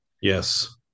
Yes